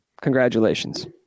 congratulations